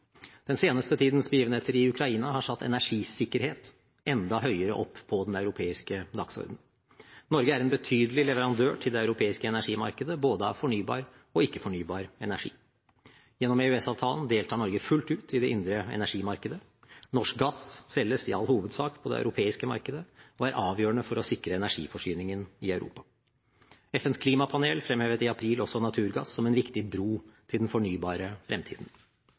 Den seneste tidens begivenheter i Ukraina har satt energisikkerhet enda høyere opp på den europeiske dagsordenen. Norge er en betydelig leverandør til det europeiske energimarkedet, av både fornybar og ikke-fornybar energi. Gjennom EØS-avtalen deltar Norge fullt ut i det indre energimarkedet. Norsk gass selges i all hovedsak på det europeiske markedet, og er avgjørende for å sikre energiforsyningen i Europa. FNs klimapanel fremhevet i april også naturgass som en viktig bro til den fornybare fremtiden.